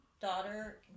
daughter